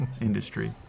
industry